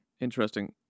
Interesting